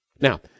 Now